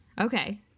Okay